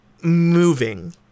moving